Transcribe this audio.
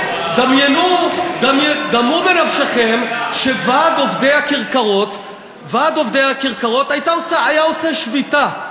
דמו בנפשכם שוועד עובדי הכרכרות היה עושה שביתה: